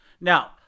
Now